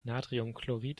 natriumchlorid